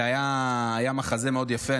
זה היה מחזה מאוד יפה,